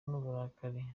n’uburakari